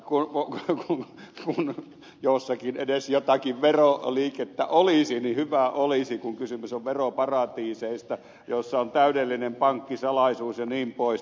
kun jossakin edes jotakin veroliikettä olisi niin hyvä olisi kun kysymys on veroparatiiseista joissa on täydellinen pankkisalaisuus jnp